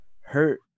hurt